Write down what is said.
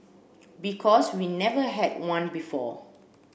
because we never had one before